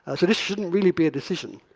ah so this shouldn't really be a decision,